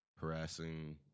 harassing